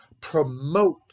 promote